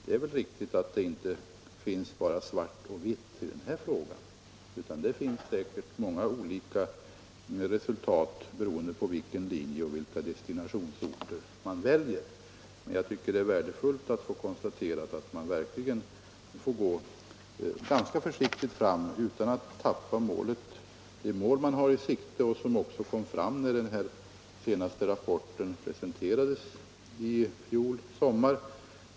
Det är väl riktigt att det inte finns bara antingen svart eller vitt i den här frågan, utan att det säkert finns många andra nyanser av olika resultat, beroende på vilken linje och vilka destinationsorter man väljer. Jag tycker det är värdefullt att kunna konstatera att man måste gå ganska försiktigt fram utan att förlora det mål man har i sikte, vilket också framkom när den senaste rapporten presenterades i fjol sommar.